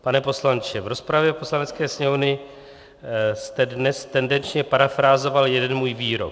Pane poslanče, v rozpravě Poslanecké sněmovny jste dnes tendenčně parafrázoval jeden můj výrok.